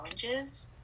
challenges